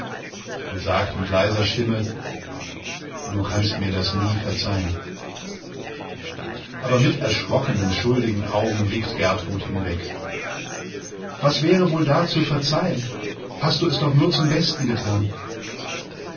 und sagt mit leiser stimme du kannst mir das nie verzeihen aber mit erschrockenen schuldigen augen blickt gertrud hinweg was wäre wohl da zu verzeihen hast du es doch nur zum besten getan